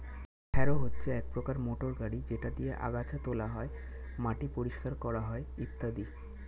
harrow হচ্ছে এক প্রকার মোটর গাড়ি যেটা দিয়ে আগাছা তোলা হয়, মাটি পরিষ্কার করা হয় ইত্যাদি